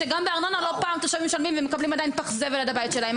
שגם בארנונה לא פעם תושבים משלמים ומקבלים עדיין פח זבל עד הבית שלהם.